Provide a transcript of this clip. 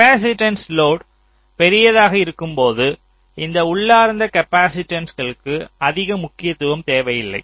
capacitance load பெரியதாக இருக்கும்போது இந்த உள்ளார்ந்த காப்பாசிட்டன்ஸ்க்கு அதிக முக்கியதுவம் தேவையில்லை